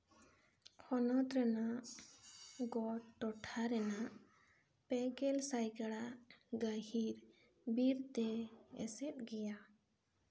ᱦᱚᱱᱚᱛ ᱨᱮᱱᱟᱜ ᱜᱚᱲ ᱴᱚᱴᱷᱟ ᱨᱮᱱᱟᱜ ᱯᱮᱜᱮᱞ ᱥᱟᱭ ᱠᱟᱲᱟ ᱜᱟᱹᱦᱤᱨ ᱵᱤᱨᱛᱮ ᱮᱥᱮᱫ ᱜᱮᱭᱟ